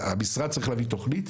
והמשרד צריך להביא תוכנית,